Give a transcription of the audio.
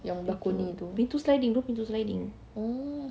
yang balkoni tu oh